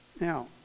now